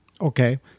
Okay